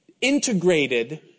integrated